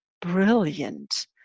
brilliant